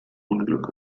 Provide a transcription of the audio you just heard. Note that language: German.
unglück